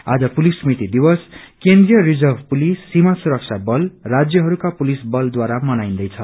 आज पुलिस स्मृति दिवस केन्द्रीय रिर्जव पुलिस सिमा सुरक्षा बल राज्यहरूका पुलिस बलद्वारा मनाइंदैछ